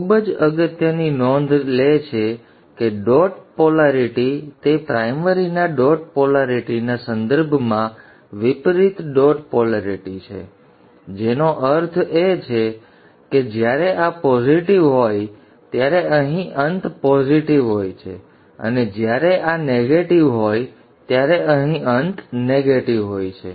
ખૂબ જ અગત્યની નોંધ લે છે કે ડોટ પોલેરિટી તે પ્રાઇમરીના ડોટ પોલેરિટીના સંદર્ભમાં વિપરીત ડોટ પોલેરિટી છે જેનો અર્થ એ છે કે જ્યારે આ પોઝિટીવ હોય છે ત્યારે અહીં અંત પોઝિટીવ હોય છે અને જ્યારે આ નેગેટિવ હોય છે ત્યારે અહીં અંત નેગેટિવ હોય છે